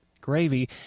gravy